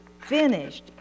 finished